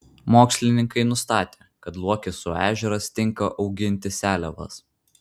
mokslininkai nustatė kad luokesų ežeras tinka auginti seliavas